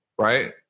Right